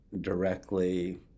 directly